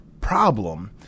problem